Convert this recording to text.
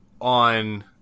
on